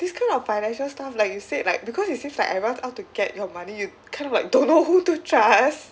these kind of financial stuff like you said like because it seems like everyone's out to get your money you kind of like don't know who to trust